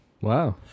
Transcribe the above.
Wow